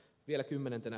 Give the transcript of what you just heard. vielä kymmenentenä